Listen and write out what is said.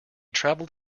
travelled